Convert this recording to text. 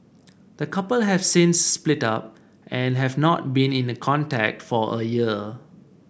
the couple have since split up and have not been in contact for a year